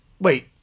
Wait